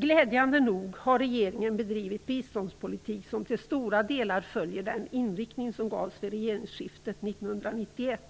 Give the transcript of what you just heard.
Glädjande nog har regeringen bedrivit en biståndspolitik som till stora delar följer den inriktning som gavs vid regeringsskiftet 1991.